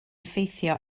effeithio